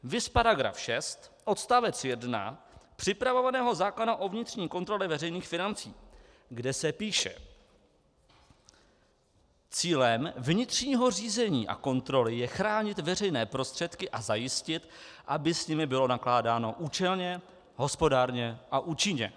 Viz § 6 odst. 1 připravovaného zákona o vnitřní kontrole veřejných financí, kde se píše: Cílem vnitřního řízení a kontroly je chránit veřejné prostředky a zajistit, aby s nimi bylo nakládáno účelně, hospodárně a účinně.